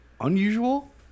Unusual